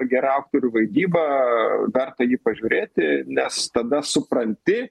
gera aktorių vaidyba verta jį pažiūrėti nes tada supranti